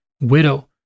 widow